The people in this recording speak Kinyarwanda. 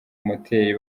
moteri